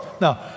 Now